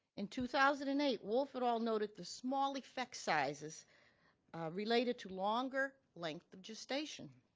in two thousand and eight, wolf et al. noted the small effect sizes related to longer length of gestation.